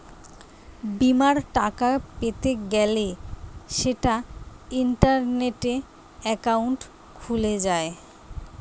বিমার টাকা পেতে গ্যলে সেটা ইন্টারনেটে একাউন্ট খুলে যায়